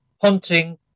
hunting